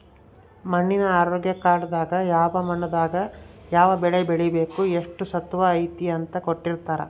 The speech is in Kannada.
ಮಣ್ಣಿನ ಆರೋಗ್ಯ ಕಾರ್ಡ್ ದಾಗ ಯಾವ ಮಣ್ಣು ದಾಗ ಯಾವ ಬೆಳೆ ಬೆಳಿಬೆಕು ಎಷ್ಟು ಸತುವ್ ಐತಿ ಅಂತ ಕೋಟ್ಟಿರ್ತಾರಾ